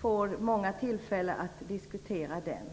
får många tillfällen att diskutera den.